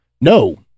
no